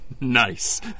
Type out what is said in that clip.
Nice